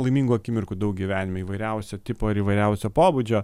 laimingų akimirkų daug gyvenime įvairiausio tipo ir įvairiausio pobūdžio